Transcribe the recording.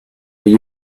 were